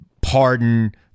pardon